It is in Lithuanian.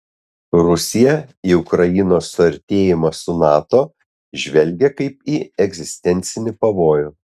rusiją į ukrainos suartėjimą su nato žvelgia kaip į egzistencinį pavojų